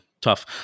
tough